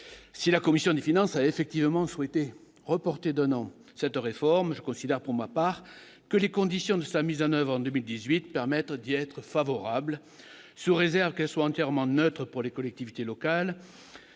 si la commission des finances, a effectivement souhaité reporter d'un an, cette réforme, je considère pour ma part, que les conditions de sa mise en oeuvre en 2018, permettre d'y être favorable, se réserve qu'elle soit entièrement neutre pour les collectivités locales